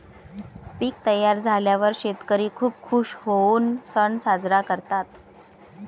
पीक तयार झाल्यावर शेतकरी खूप खूश होऊन सण साजरा करतात